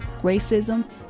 racism